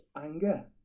anger